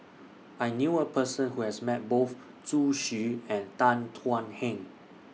I knew A Person Who has Met Both Zhu Xu and Tan Thuan Heng